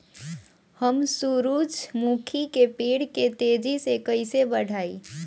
हम सुरुजमुखी के पेड़ के तेजी से कईसे बढ़ाई?